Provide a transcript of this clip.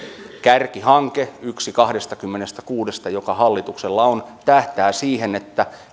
kärkihanke yksi kahdestakymmenestäkuudesta joka hallituksella on tähtää siihen että